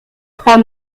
trois